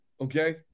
Okay